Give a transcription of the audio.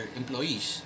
employees